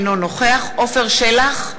אינו נוכח עפר שלח,